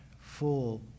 full